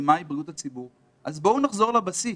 ומהי בריאות הציבור אז בואו נחזור לבסיס.